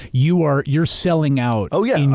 you're you're selling out. oh, yeah.